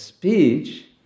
Speech